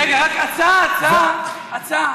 רגע, רק הצעה, הצעה.